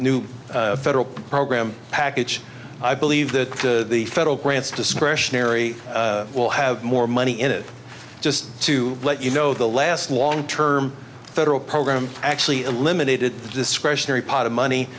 w federal program package i believe that the federal grants discretionary will have more money in it just to let you know the last long term federal program actually eliminated the discretionary pot of money